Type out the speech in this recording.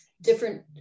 different